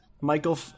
Michael